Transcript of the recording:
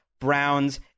Browns